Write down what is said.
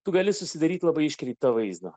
tu gali susidaryt labai iškreiptą vaizdą